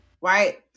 right